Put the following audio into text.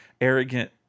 arrogant